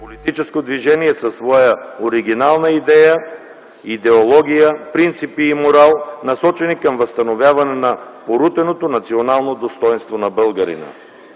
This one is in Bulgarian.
политическо движение със своя оригинална идея, идеология, принципи и морал, насочени към възстановяване на порутеното национално достойнство на българина.